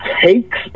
takes